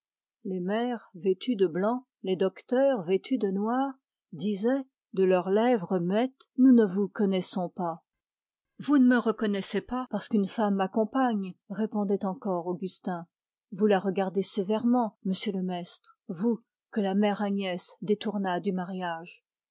les mères vêtues de blanc les docteurs vêtus de noir disaient de leurs lèvres muettes nous ne vous connaissons pas vous ne me reconnaissez pas parce qu'une femme m'accompagne répondait encore augustin vous la regardez sévèrement m le maistre vous que la mère agnès détourna du mariage